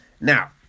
Now